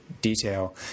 detail